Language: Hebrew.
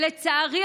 לצערי,